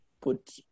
put